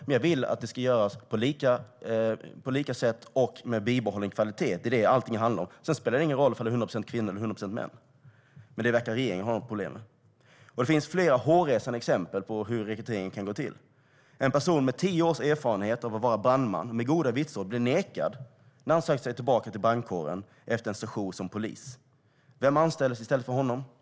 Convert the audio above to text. Men jag vill att rekryteringen ska ske på lika sätt och med bibehållen kvalitet. Det är det allting handlar om. Sedan spelar det ingen roll om det är 100 procent kvinnor eller 100 procent män. Men det verkar regeringen ha problem med. Det finns flera hårresande exempel på hur rekryteringen kan gå till. En person med tio års erfarenhet av att vara brandman och med goda vitsord blev nekad när han sökte sig tillbaka till brandkåren efter en sejour som polis. Vem anställdes i stället för honom?